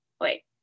wait